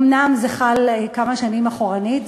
אומנם זה חל כמה שנים אחורנית,